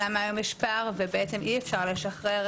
למה היום יש פער ובעצם אי-אפשר לשחרר